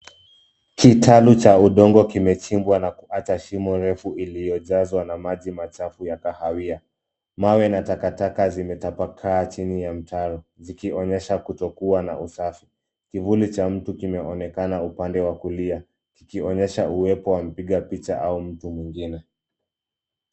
Kitalu cha udongo kimechimbwa na kuacha shimo refu iliyojazwa na maji machafu ya kahawia. Mawe na takataka zimetapakaa chini ya mtaro zikionyesha kutokuwa na usafi. Kivuli cha mtu kimeonekana upande wa kulia kikionyesha uwepo wa mpiga picha au mtu mwengine.